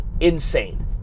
insane